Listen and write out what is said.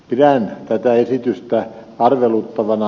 pidän tätä esitystä arveluttavana